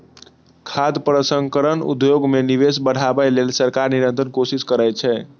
खाद्य प्रसंस्करण उद्योग मे निवेश बढ़ाबै लेल सरकार निरंतर कोशिश करै छै